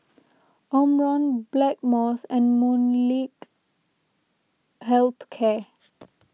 Omron Blackmores and Molnylcke Health Care